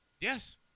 Yes